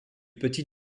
petit